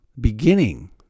Beginning